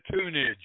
tunage